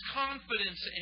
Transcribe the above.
confidence